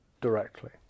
directly